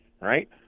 right